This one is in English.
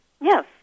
Yes